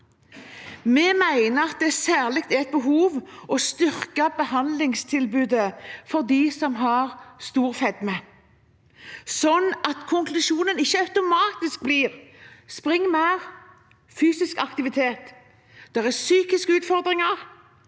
Vi mener at det særlig er behov for å styrke behandlingstilbudet til dem med stor fedme, sånn at konklusjonen ikke automatisk blir «spring mer», «fysisk aktivitet». Det er psykiske utfordringer,